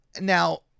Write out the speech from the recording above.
Now